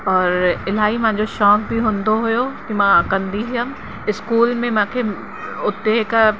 और इलाही मुंहिंजो शौक़ु बि हूंदो हुयो कि मां कंदी हुयुमि इस्कूल में मूंखे उते हिकु